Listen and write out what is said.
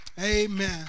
amen